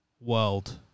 world